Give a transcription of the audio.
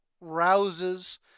rouses